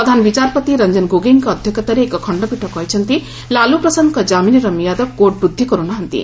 ପ୍ରଧାନ ବିଚାରପତି ରଞ୍ଜନ ଗୋଗୋଇଙ୍କ ଅଧ୍ୟକ୍ଷତାରେ ଏକ ଖଣ୍ଡପୀଠ କହିଛନ୍ତି ଲାଲୁ ପ୍ରସାଦଙ୍କ ଜାମିନ୍ର ମିଆଦ କୋର୍ଟ ବୃଦ୍ଧି କରୁ ନାହାନ୍ତି